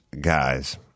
guys